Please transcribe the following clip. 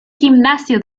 gimnasio